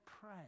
pray